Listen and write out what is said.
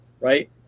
right